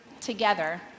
together